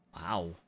Wow